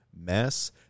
mess